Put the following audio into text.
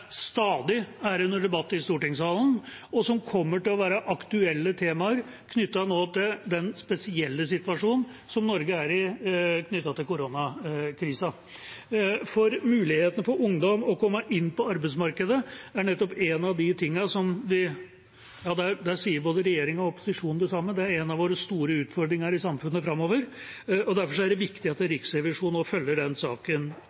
stadig er under debatt i stortingssalen, og som kommer til å være et aktuelt tema knyttet til den spesielle situasjonen som Norge er i med koronakrisa. Mulighetene for ungdom til å komme inn på arbeidsmarkedet er nettopp en av de tingene der både regjeringa og opposisjonen sier det samme, at det er en av våre store utfordringer i samfunnet framover, og derfor er det viktig at Riksrevisjonen også følger den saken